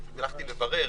כי הלכתי לברר,